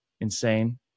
insane